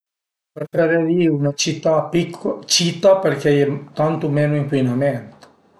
Preferirìu 'na cità picco cita perché a ie tantu menu ëncuinament